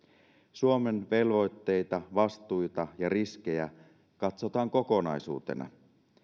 suomen velvoitteita vastuita ja riskejä katsotaan kokonaisuutena